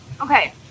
Okay